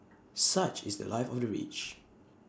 such is The Life of the rich